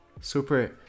super